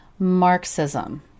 Marxism